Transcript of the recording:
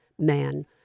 man